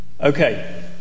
Okay